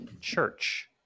Church